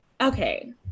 okay